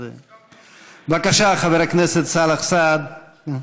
הזכרתי אותו, בבקשה, חבר הכנסת סאלח סעד.